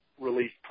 release